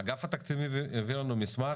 אגף התקציבים העביר לנו מסמך,